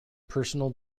personal